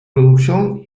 producción